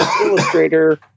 illustrator